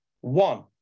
One